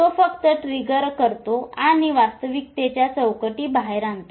तो फक्त ट्रिगर करतो आणि वास्तविकतेच्या त्या चौकटी बाहेर आणतो